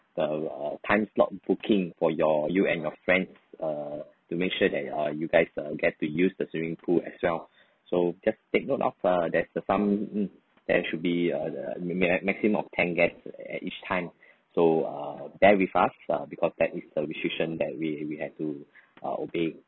a a time slot booking for your you and your friends err to make sure that uh you guys uh get to use the swimming pool as well so just take note of ah there's a some mm there should be a uh ma~ maximum of ten guests at each time so uh bear with us ah because that is the restriction that we we have to uh obey